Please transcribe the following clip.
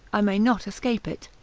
i may not escape it.